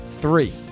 Three